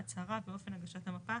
ההצהרה ואופן הגשת המפה